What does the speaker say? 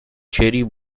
cherry